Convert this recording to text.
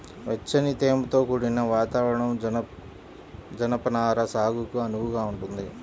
వెచ్చని, తేమతో కూడిన వాతావరణం జనపనార సాగుకు అనువుగా ఉంటదంట